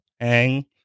hang